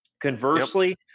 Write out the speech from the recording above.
Conversely